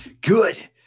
good